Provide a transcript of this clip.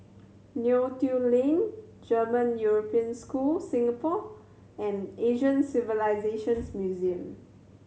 Neo Tiew Lane German European School Singapore and Asian Civilisations Museum